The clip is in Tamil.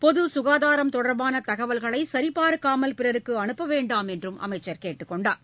பொதுசுகாதாரம் தொடர்பானதகவல்களைசரிபார்க்காமல் பிறருக்குஅனுப்பவேண்டாம் என்றும் அமைச்சர் கேட்டுக் கொண்டார்